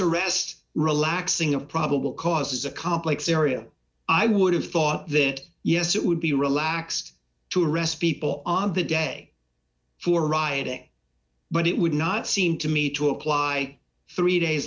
arrest relaxing of probable cause is a complex area i would have thought that yes it would be relaxed to arrest people on the day who are rioting but it would not seem to me to apply three days